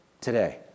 today